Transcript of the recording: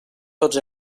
tots